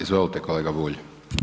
Izvolite kolega Bulj.